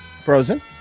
Frozen